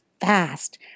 fast